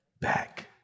back